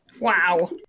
Wow